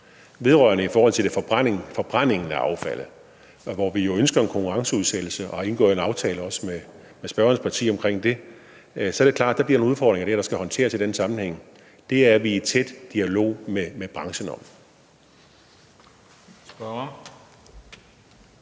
opgave. Hvad angår forbrændingen af affaldet, hvor vi jo ønsker en konkurrenceudsættelse og har indgået en aftale med spørgerens parti om det, så er det klart, at der der bliver nogle udfordringer, der skal håndteres i den sammenhæng. Det er vi i tæt dialog med branchen om.